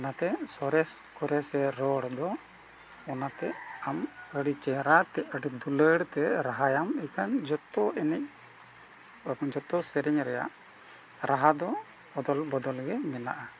ᱚᱱᱟᱛᱮ ᱥᱚᱨᱮᱥ ᱠᱚᱨᱮ ᱥᱮ ᱨᱚᱲ ᱫᱚ ᱚᱱᱟᱛᱮ ᱟᱢ ᱟᱹᱰᱤ ᱪᱮᱦᱨᱟ ᱛᱮ ᱟᱹᱰᱤ ᱫᱩᱞᱟᱹᱲᱛᱮ ᱨᱟᱦᱟᱭᱟᱢ ᱮᱠᱷᱟᱱ ᱡᱚᱛᱚ ᱮᱱᱮᱡ ᱡᱚᱛᱚ ᱥᱮᱨᱮᱧ ᱨᱮᱭᱟᱜ ᱨᱟᱦᱟ ᱫᱚ ᱵᱚᱫᱚᱞ ᱵᱚᱫᱚᱞ ᱜᱮ ᱢᱮᱱᱟᱜᱼᱟ